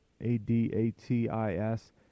A-D-A-T-I-S